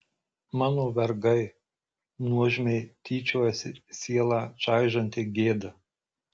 mano vergai nuožmiai tyčiojasi sielą čaižanti gėda